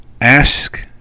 ask